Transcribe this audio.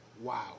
Wow